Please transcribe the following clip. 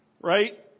Right